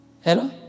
Hello